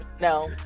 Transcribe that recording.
No